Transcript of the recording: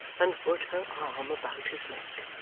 and put her arm about his neck.